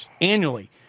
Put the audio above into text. annually